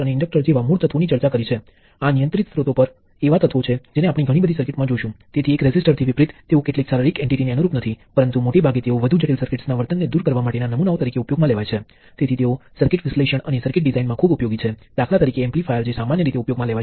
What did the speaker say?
પરંતુ ફરીથી નિયંત્રિત સ્ત્રોતોથી સ્વતંત્ર સ્રોતોને અલગ કરવા માટે આપણે વર્તુળને બદલે ડાયમંડ નો ઉપયોગ કરીએ છીએ